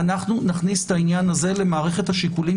נכניס את העניין הזה למערכת השיקולים